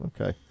okay